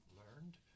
learned